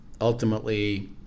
Ultimately